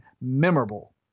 memorable